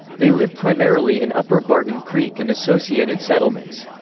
they live primarily in upper barton creek and associated settlements.